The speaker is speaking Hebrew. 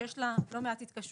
שיש לה לא מעט התקשרויות.